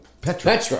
petra